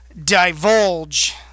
Divulge